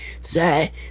Say